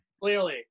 Clearly